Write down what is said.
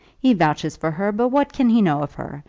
he vouches for her, but what can he know of her?